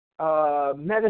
Medicine